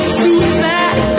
suicide